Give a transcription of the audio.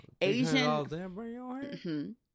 Asian